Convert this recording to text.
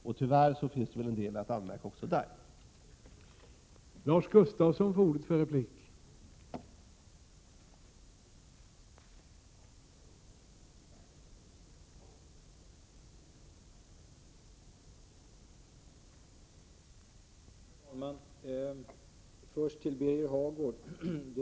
Men tyvärr finns det väl en del att anmärka också därvidlag.